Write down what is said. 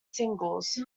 singles